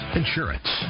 insurance